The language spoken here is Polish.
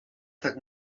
tak